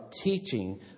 teaching